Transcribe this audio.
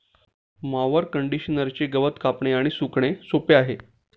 mower कंडिशनरचे गवत कापणे आणि सुकणे सोपे आहे